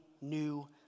new